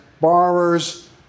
borrowers